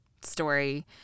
story